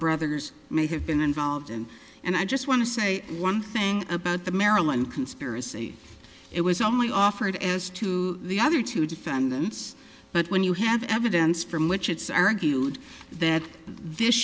brothers may have been involved in and i just want to say one thing about the maryland conspiracy it was only offered as to the other two defendants but when you have evidence from which it's argued that this